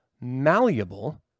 malleable